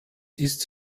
ist